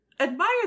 admire